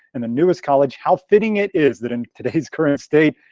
and the newest college, how fitting it is that in today's current state,